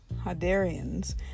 Hadarians